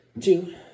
Two